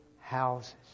houses